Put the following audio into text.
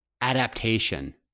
adaptation